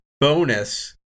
bonus